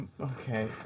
Okay